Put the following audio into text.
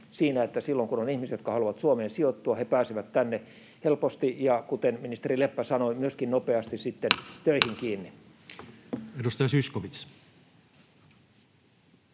silloin kun on ihmiset, jotka haluavat Suomeen sijoittua, he pääsevät tänne helposti, ja kuten ministeri Leppä sanoi, myöskin nopeasti sitten